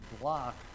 block